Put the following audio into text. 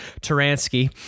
Taransky